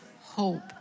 hope